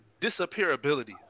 disappearability